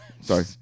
sorry